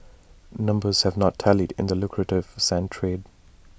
numbers have not tallied in the lucrative sand trade